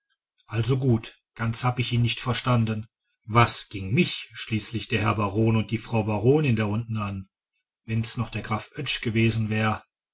also gut ganz habe ich ihn nicht verstanden was ging mich schließlich der herr baron und die frau baronin da unten an wenn's noch der graf oetsch gewesen wär